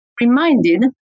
reminded